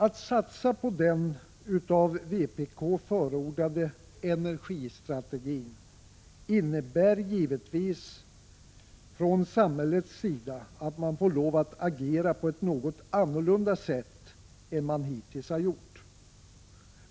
Att satsa på den av vpk förordade energistrategin innebär givetvis att man från samhällets sida får lov att agera på ett något annorlunda sätt än man hittills har gjort.